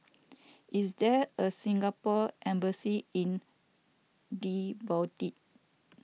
is there a Singapore Embassy in Djibouti